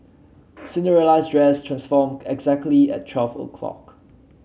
Cinderella's dress transformed exactly at twelve o'lock